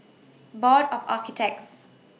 Board of Architects